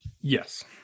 Yes